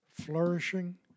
flourishing